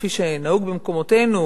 כפי שנהוג במקומותינו,